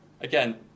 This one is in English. Again